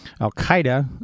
al-Qaeda